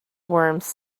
worms